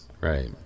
right